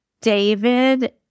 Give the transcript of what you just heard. David